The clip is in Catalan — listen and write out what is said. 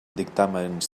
dictàmens